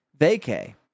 vacay